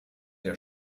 der